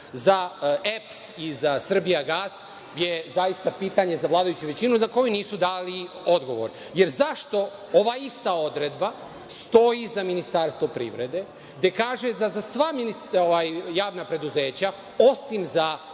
Za EPS i „Srbijagas“ je zaista pitanje za vladajuću većinu za koju nisu dali odgovor.Zašto ova ista odredba stoji i za Ministarstvo privrede, gde kaže da za sva javna preduzeća, osim za